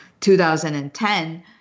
2010